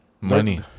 money